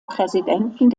präsidenten